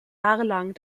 jahrelang